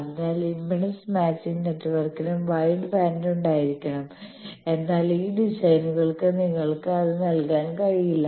അതിനാൽ impedance matching നെറ്റ്വർക്കിനും wide band ഉണ്ടായിരിക്കണം എന്നാൽ ഈ ഡിസൈനുകൾക്ക് നിങ്ങൾക്ക് അത് നൽകാൻ കഴിയില്ല